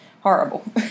horrible